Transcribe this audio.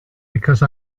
because